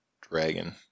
Dragon